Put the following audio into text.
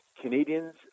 Canadians